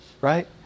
right